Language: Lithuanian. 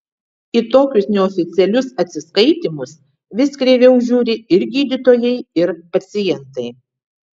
į tokius neoficialius atsiskaitymus vis kreiviau žiūri ir gydytojai ir pacientai